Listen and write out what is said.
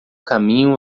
caminho